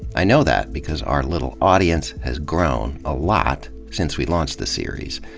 i know that because our little audience has grown a lot since we launched the series.